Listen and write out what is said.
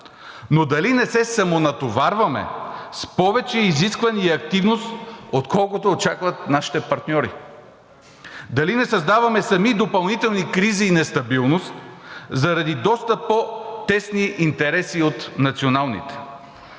Но дали не се самонатоварваме с повече изисквания и активност, отколкото очакват нашите партньори? Дали не създаваме сами допълнителни кризи и нестабилност заради доста по-тесни интереси от националните?